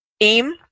AIM